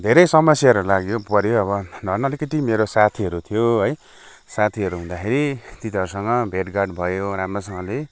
धेरै समस्याहरू लाग्यो पर्यो अब धन्न अलिकति मेरो साथीहरू थियो है साथीहरू हुँदाखेरि तिनीहरूसँग भेटघाट भयो राम्रोसँगले